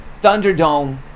Thunderdome